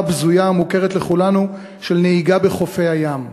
הבזויה המוכרת לכולנו של נהיגה בחופי הים.